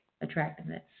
attractiveness